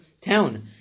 town